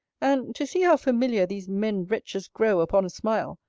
and, to see how familiar these men-wretches grow upon a smile,